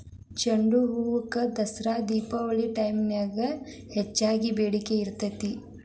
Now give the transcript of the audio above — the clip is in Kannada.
ಚಂಡುಹೂಕ ದಸರಾ ದೇಪಾವಳಿ ಹಬ್ಬದ ಟೈಮ್ನ್ಯಾಗ ಹೆಚ್ಚಗಿ ಬೇಡಿಕಿ ಇರ್ತೇತಿ